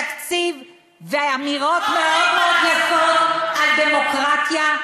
תקציב ואמירות יפות מאוד מאוד על דמוקרטיה,